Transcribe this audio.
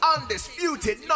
undisputed